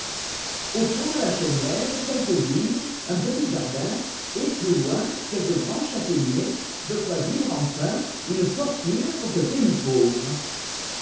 autour de la chaumière quelques vignes un petit jardin et plus loin quelques grands châtaigniers de quoi vivre enfin une fortune pour ce pays pauvre